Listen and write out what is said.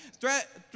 Threat